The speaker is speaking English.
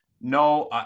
no